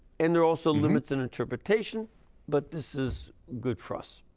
and there are also limits in interpretation but this is good for us.